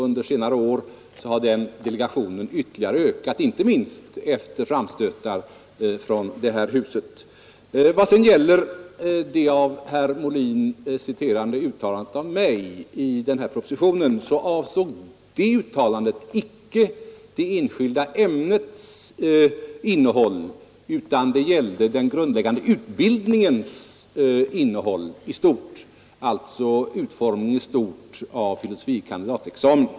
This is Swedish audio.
Under senare år har denna delegering ytterligare ökat i omfattning, inte minst efter framstötar från detta hus. I vad sedan gäller det av herr Molin citerade uttalandet av mig i propositionen vill jag säga, att det icke avsåg det enskilda ämnets innehåll utan den grundläggande utbildningens innehåll i stort, alltså den allmänna utformningen av filosofie kandidatexamen.